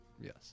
Yes